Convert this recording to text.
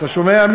אתה שומע,